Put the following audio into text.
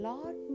Lord